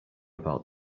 about